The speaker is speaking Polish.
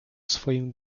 swoim